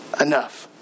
enough